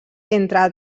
entre